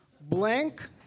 Blank